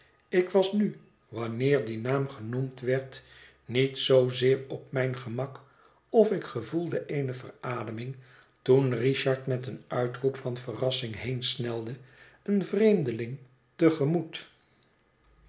ik was nu wanner die naam genoemd werd niet zoozeer op mijn gemak of ik gevoelde eene verademing toen richard met een uitroep van verrassing heensnelde een vreemdeling